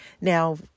Now